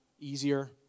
Easier